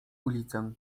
ulicę